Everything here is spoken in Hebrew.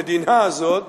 המדינה הזאת